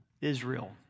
Israel